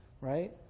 right